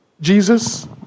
Jesus